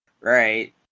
Right